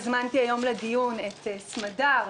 הזמנתי היום לדיון את סמדר,